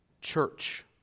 church